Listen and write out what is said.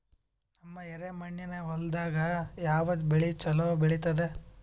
ನಮ್ಮ ಎರೆಮಣ್ಣಿನ ಹೊಲದಾಗ ಯಾವ ಬೆಳಿ ಚಲೋ ಬೆಳಿತದ?